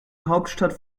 hauptstadt